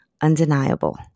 undeniable